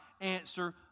answer